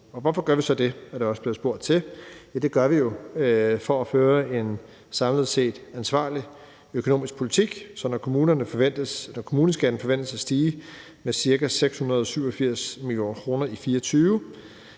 hvorfor gør vi så gør det. Det gør vi for at føre en samlet set ansvarlig økonomisk politik, så når kommuneskatten forventes at stige med ca. 687 mio. kr. i 2024,